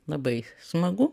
labai smagu